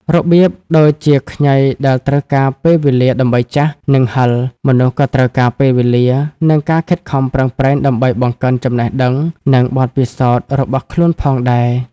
វាប្រៀបដូចជាខ្ញីដែលត្រូវការពេលវេលាដើម្បីចាស់ និងហឹរ មនុស្សក៏ត្រូវការពេលវេលា និងការខិតខំប្រឹងប្រែងដើម្បីបង្កើនចំណេះដឹង និងបទពិសោធន៍របស់ខ្លួនផងដែរ។